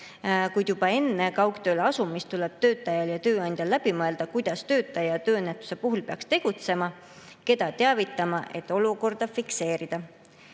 Kuid juba enne kaugtööle asumist tuleb töötajal ja tööandjal läbi mõelda, kuidas töötaja tööõnnetuse puhul peaks tegutsema ja keda teavitama, et olukorda fikseerida.